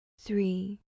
three